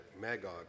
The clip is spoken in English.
Magog